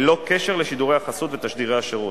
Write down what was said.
ללא קשר לשידורי החסות ותשדירי השירות.